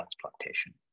transplantation